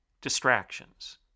distractions